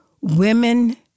Women